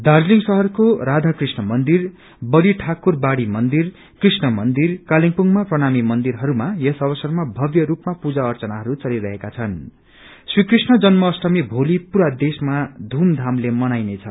दार्जीलिङ शहरको राधाकृष्ण मन्दिर बड़ी ठाकृरबाड़ी मन्दिर कृष्ण मन्दिर कालेबुङमा प्रणामी मन्दिरहरूमा यस अवसरमा भव्य स्तपमा पूजा अर्घनाहरू चलिरहेका छन् श्री कृष्ण जन्म अष्टमी भोली पूरा देशमा धूमथामले मनाइनेछ